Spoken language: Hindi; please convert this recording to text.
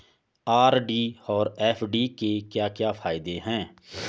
आर.डी और एफ.डी के क्या क्या फायदे हैं?